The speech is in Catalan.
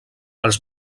els